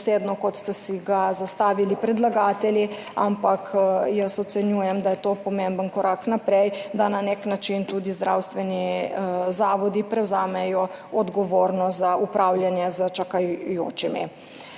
kot ste si ga zastavili predlagatelji, ampak jaz ocenjujem, da je to pomemben korak naprej, da na nek način tudi zdravstveni zavodi prevzamejo odgovornost za upravljanje s čakajočimi.